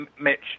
Mitch